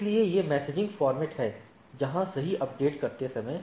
इसलिए ये messaging format हैं जहां सही अपडेट करते समय